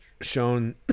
shown